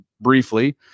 briefly